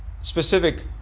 specific